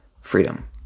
freedom